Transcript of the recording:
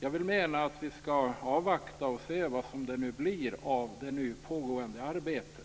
Jag menar att vi skall avvakta och se vad det blir av det nu pågående arbetet.